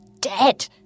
dead